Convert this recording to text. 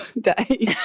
day